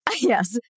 Yes